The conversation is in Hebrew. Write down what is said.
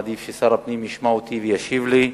הייתי מעדיף ששר הפנים ישמע אותי וישיב לי.